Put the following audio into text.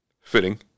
Fitting